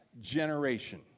generation